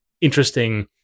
interesting